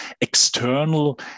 external